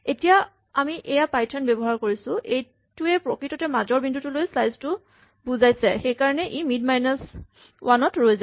এতিয়া আমি এয়া পাইথন ব্যৱহাৰ কৰিছোঁ এইটোৱে প্ৰকৃততে মাজৰ বিন্দুলৈকে স্লাইচ টো বুজাইছে সেইকাৰণে ই মিড মাইনাচ ৱান ত ৰৈ যায়